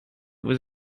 was